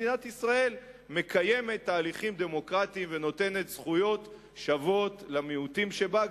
מדינת ישראל מקיימת תהליכים דמוקרטיים ונותנת זכויות שוות למיעוטים שבה,